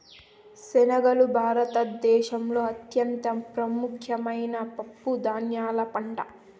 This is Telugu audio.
శనగలు భారత దేశంలో అత్యంత ముఖ్యమైన పప్పు ధాన్యాల పంట